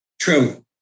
True